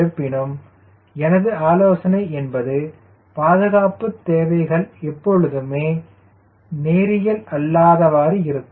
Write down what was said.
இருப்பினும் எனது ஆலோசனை என்பது பாதுகாப்புத் தேவைகள் எப்பொழுதுமே நேரியல் அல்லாதுவாறு இருக்கும்